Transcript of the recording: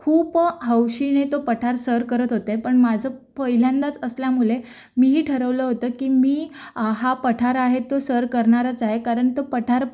खूप हौशीने तो पठार सर करत होते पण माझं पहिल्यांदाच असल्यामुळे मीही ठरवलं होतं की मी हा पठार आहे तो सर करणारच आहे कारण तो पठार